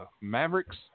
Mavericks